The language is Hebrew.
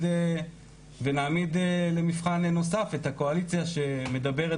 ונעמיד למבחן נוסף את הקואליציה שמדברת